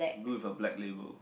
blues or black label